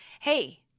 hey